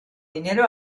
dinero